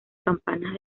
campanas